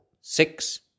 six